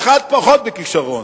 ואחת פחות בכשרון.